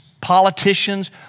Politicians